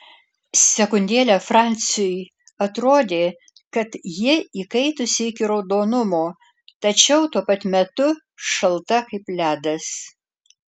sekundėlę franciui atrodė kad ji įkaitusi iki raudonumo tačiau tuo pat metu šalta kaip ledas